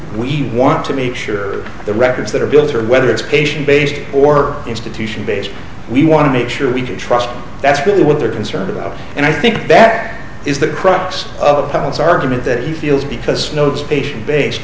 we want to make sure the records that are built whether it's patient based or institution base we want to make sure we trust that's really what they're concerned about and i think back is the crux of how it's argument that he feels because no station base